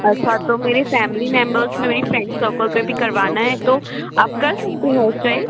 अच्छा तो मेरी फैमिली मेम्बर्स में भी फ्रेंड सर्कल में भी करवाना है तो आप कर सकते हैं हेयर स्टाइल